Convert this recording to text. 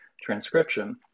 transcription